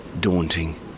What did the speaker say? daunting